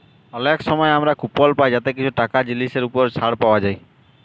অলেক সময় আমরা কুপল পায় যাতে কিছু টাকা জিলিসের উপর ছাড় পাউয়া যায়